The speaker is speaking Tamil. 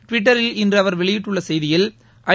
டுவிட்டரில் இன்று அவர் வெளியிட்டுள்ள செய்தியில் ஐ